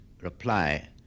reply